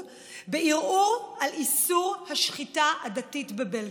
בערעור על איסור השחיטה הדתית בבלגיה.